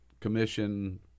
commission